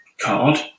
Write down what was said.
card